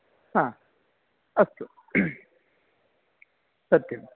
हा अस्तु सत्यम्